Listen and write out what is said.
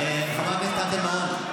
רייטן מרום,